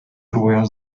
próbują